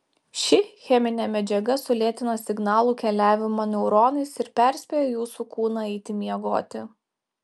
ši cheminė medžiaga sulėtina signalų keliavimą neuronais ir perspėja jūsų kūną eiti miegoti